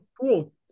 Cool